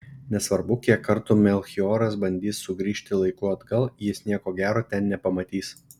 nesvarbu kiek kartų melchioras bandys sugrįžti laiku atgal jis nieko gero ten nepamatys